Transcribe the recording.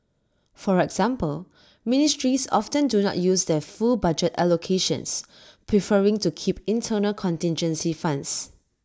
for example ministries often do not use their full budget allocations preferring to keep internal contingency funds